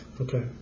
Okay